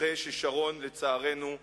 אחרי ששרון לצערנו חלה,